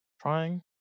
Trying